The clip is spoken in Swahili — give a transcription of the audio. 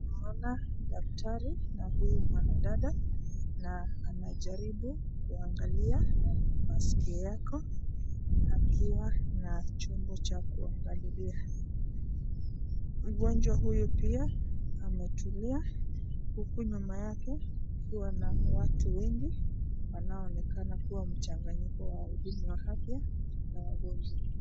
Naona daktari na huyu mwanadada na anajaribu kuangalia maskio yake akiwa na chombo cha kuangalilia. Mgonjwa huyu pia ametulia huku nyuma yake kukiwa na watu wengi wanaoonekana kukuwa mchanganyiko wa watu wa huduma ya afya na wagonjwa.